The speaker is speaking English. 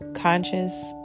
Conscious